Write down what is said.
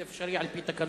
זה אפשרי על-פי התקנון.